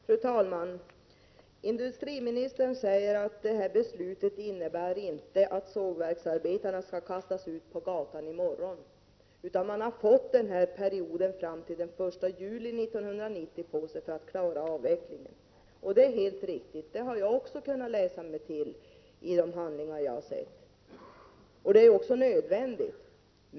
Fru talman! Industriministern säger att beslutet inte innebär att sågverksarbetarna skall kastas ut på gatan i morgon, utan man har fått perioden fram till den 1 juli 1990 på sig för att klara avvecklingen. Det är helt riktigt, det har jag också kunnat läsa mig till i de handlingar jag har sett. Det är också nödvändigt.